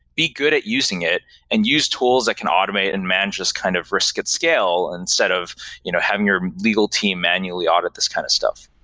be good at using it and use tools that can automate and manage this kind of risk at scale instead of you know having your legal team manually audit this kind of stuff.